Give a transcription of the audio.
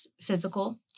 physical